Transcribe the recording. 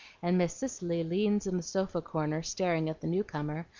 and miss cicely leans in the sofa-corner, staring at the newcomer,